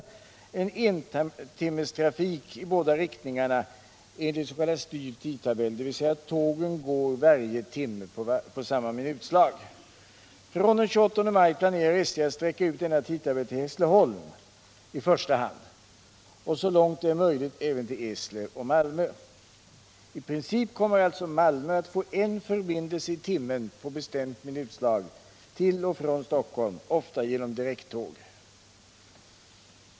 Man har på denna sträcka entimmestrafik i båda riktningarna enligt s.k. styrd tidtabell, dvs. tågen går varje timme på samma minut. SJ planerar att från den 28 maj sträcka ut denna tidtabell till Hässleholm och — så långt det är möjligt — även till Eslöv och Malmö. I princip kommer alltså Malmö att få en förbindelse i timmen på ett bestämt klockslag till och från Stockholm, ofta med direktåg.